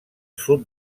sud